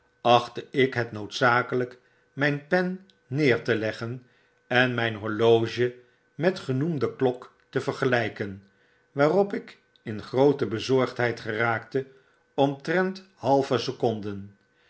achtte ik het noodzakelijk mijn pen neer te leggen en myn horloge met genoemde klok te vergelyken waarop ik in groote bezorgdheid geraakte omtrent halve seconder